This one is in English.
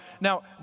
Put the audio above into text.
Now